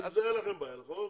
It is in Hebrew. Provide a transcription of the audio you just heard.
עם זה אין לכם בעיה, נכון?